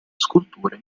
sculture